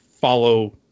follow